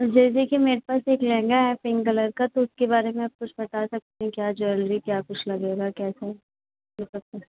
जैसे कि मेरे पास एक लहेंगा है पिंक कलर का तो उसके बारे में आप कुछ बता सकती हैं क्या ज्वेलरी क्या कुछ लगेगा कैसे ये सब कुछ